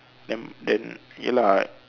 then then ya lah